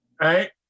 right